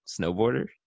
snowboarder